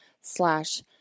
slash